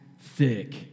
thick